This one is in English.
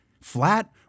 Flat